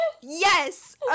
Yes